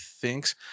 thinks